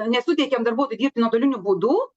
nesuteikiam darbuotojui dirbti nuotoliniu būdu